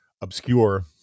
obscure